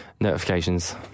notifications